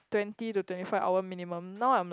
twenty to twenty five hour minimum now I'm like